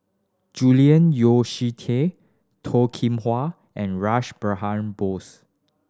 Julian Yeo See Teck Toh Kim Hwa and Rash Behan Bose